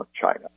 China